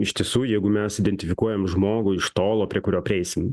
iš tiesų jeigu mes identifikuojam žmogų iš tolo prie kurio prieisim